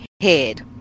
head